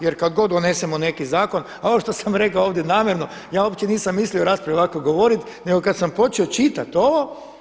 Jer kad god donesemo neki zakon, a ono što sam rekao ovdje namjerno, ja uopće nisam mislio u raspravi ovako govoriti, nego kad sam počeo čitati ovo.